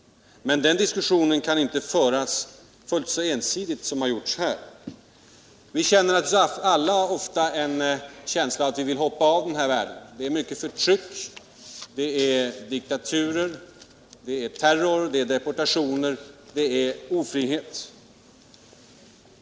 Men den diskussionen kan inte föras fullt så ensidigt som har varit fallet här. Vi har naturligtvis alla ofta en känsla av att vi vill hoppa av den här världen. Det är mycket förtryck, det är diktaturer, terror, deportationer och ofrihet.